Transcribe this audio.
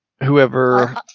Whoever